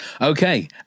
Okay